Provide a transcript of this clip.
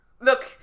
Look